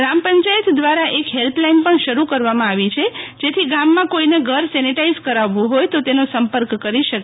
ગ્રામ પંચાયત દ્વારા help line પણ શરૂ કરવામાં આવી છે જેથી ગામમાં કોઈને ઘર સેનેટાઈઝ કરાવ્વું હોય તો તેનો સંપર્ક કરી શકે